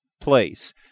place